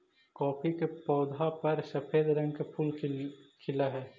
coffee के पौधा पर सफेद रंग के फूल खिलऽ हई